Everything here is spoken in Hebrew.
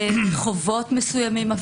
ברחובות מסוימים,